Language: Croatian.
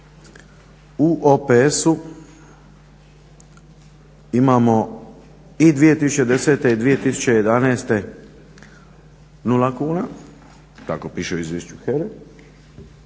u OPS-u imamo i 2010. i 2011. 0 kuna, tako piše u izvješću HERA-e,